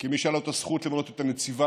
כמי שהייתה לו הזכות למנות את נציבת